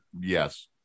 yes